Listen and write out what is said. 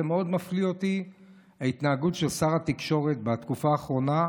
זה מאוד מפליא אותי ההתנהגות של שר התקשורת בתקופה האחרונה,